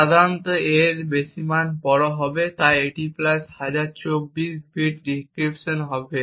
সাধারণত a এর মান বেশ বড় হবে এটি প্রায় 1024 বিট ডিক্রিপশন হবে